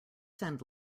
send